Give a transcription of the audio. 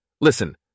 Listen